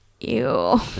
ew